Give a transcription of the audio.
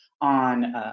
on